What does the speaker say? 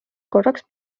korraks